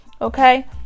Okay